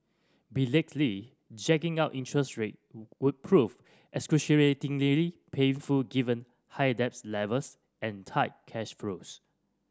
belatedly jacking up interest rate we prove excruciatingly painful given high debts levels and tight cash flues